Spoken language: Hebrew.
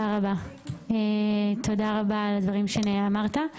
תודה על הדברים שאמרת.